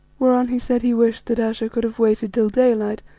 whereon he said he wished that ayesha could have waited till daylight,